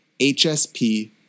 HSP